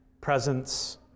presence